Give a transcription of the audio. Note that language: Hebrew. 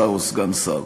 שר או סגן שר.